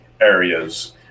areas